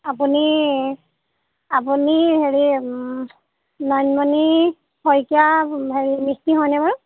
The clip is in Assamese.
আপুনি আপুনি হেৰি নয়নমণি শইকিয়া হেৰি মিস্ত্ৰী হয়নে বাৰু